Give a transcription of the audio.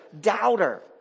doubter